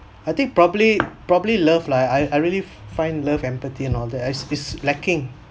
I think probably probably love lah I I really find love empathy and all that is is lacking